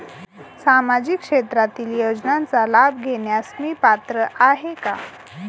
सामाजिक क्षेत्रातील योजनांचा लाभ घेण्यास मी पात्र आहे का?